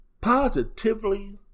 positively